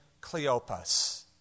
Cleopas